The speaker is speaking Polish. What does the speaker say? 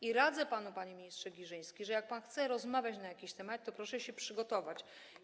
I radzę panu, panie ministrze Giżyński, że jak pan chce rozmawiać na jakiś temat, to proszę się przygotować.